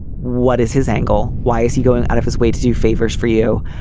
what is his angle? why is he going out of his way to do favors for you?